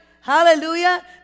Hallelujah